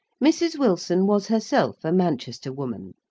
mrs. wilson was herself a manchester woman,